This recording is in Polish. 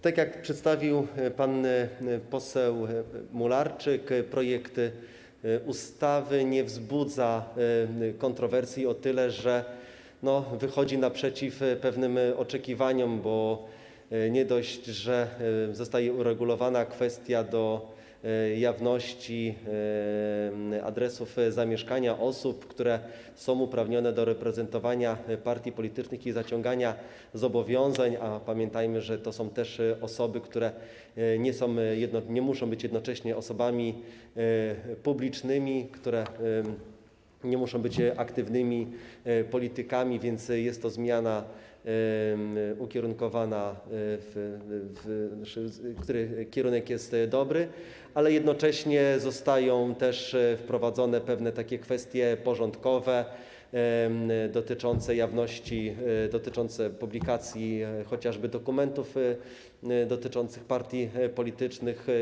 Tak jak przedstawił to pan poseł Mularczyk, projekt ustawy nie wzbudza kontrowersji o tyle, że wychodzi naprzeciw pewnym oczekiwaniom, bo nie dość, że zostaje uregulowana kwestia jawności adresów zamieszkania osób, które są uprawnione do reprezentowania partii politycznych i zaciągania zobowiązań, a pamiętajmy, że to są też osoby, które nie muszą być jednocześnie osobami publicznymi, które nie muszą być aktywnymi politykami, więc jest to zmiana, której kierunek jest dobry, to jeszcze zostają też jednocześnie wprowadzone pewne takie kwestie porządkowe dotyczące jawności, dotyczące publikacji chociażby dokumentów dotyczących partii politycznych.